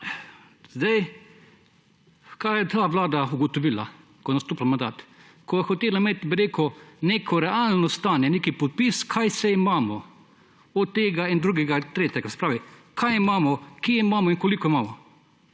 zadev. Kaj je ta vlada ugotovila, ko je nastopila mandat? Ko je hotela imeti neko realno stanje, neki popis, kaj vse imamo, od tega in drugega do tretjega, se pravi, kaj imamo, kje imamo in koliko imamo,